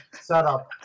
setup